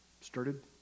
started